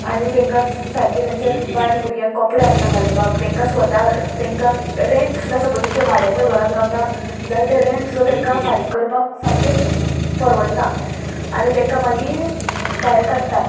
आनी तांकां सारकें तेंचे बायल भुरग्यांक कोपडे आसना घालपाक तांकां स्वता तांकां रेंट सुद्दां सपोजींग ते भाड्याच्या घोरान रावता जाल्यार तें रेंट सुद्दां तांकां फारीक करपाक सामकें परवडना आनी तांकां मागी भायर काडटा